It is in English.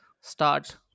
start